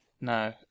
No